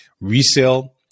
Resale